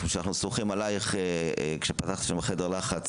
כפי שאנחנו סומכים עליך כשפתחת שם חדר לחץ